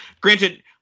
granted